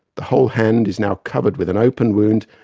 the whole hand is now covered with an open wound,